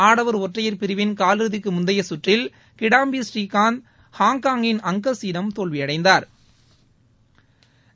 ஆடவர் ஒற்றையர் பிரிவின் காலிறுதிக்கு முந்தைய கற்றில் கிடாம்பி ஸ்ரீகாந்த் ஹாங்காங்கின் அங்கஸ் யிடம் தோல்வியடைந்தாா்